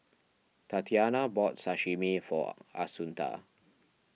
Tatiana bought Sashimi for Assunta